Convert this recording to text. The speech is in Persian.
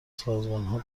سازمانها